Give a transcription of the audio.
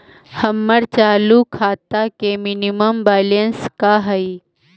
हमर चालू खाता के मिनिमम बैलेंस का हई?